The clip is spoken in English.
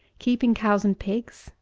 keeping cows and pigs,